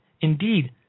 indeed